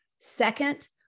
Second